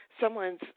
someone's